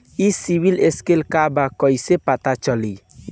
ई CIBIL score का बा कइसे पता चली?